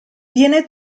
viene